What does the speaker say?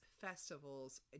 festivals